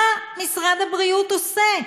מה משרד הבריאות עושה?